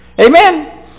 amen